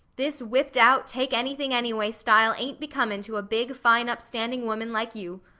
this whipped out, take-anything-anyway style ain't becomin' to a big, fine, upstanding woman like you.